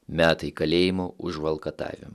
metai kalėjimo už valkatavimą